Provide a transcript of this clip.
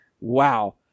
Wow